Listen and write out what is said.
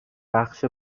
بخش